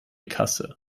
kasse